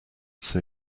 see